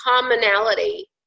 commonality